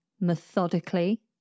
methodically